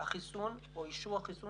החיסון או אישור החיסון